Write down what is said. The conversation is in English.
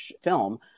film